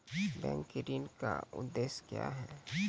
Bank के ऋण का उद्देश्य क्या हैं?